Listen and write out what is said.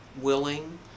willing